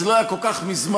זה לא היה כל כך מזמן,